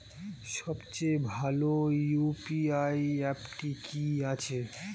সবচেয়ে ভালো ইউ.পি.আই অ্যাপটি কি আছে?